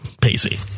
pacey